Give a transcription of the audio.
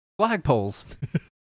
flagpoles